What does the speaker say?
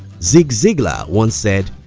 zig zigglar once said,